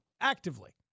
actively